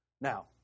Now